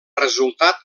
resultat